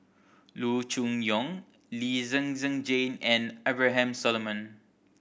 Loo Choon Yong Lee Zhen Zhen Jane and Abraham Solomon